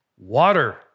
Water